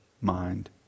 mind